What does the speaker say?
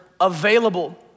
available